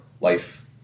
life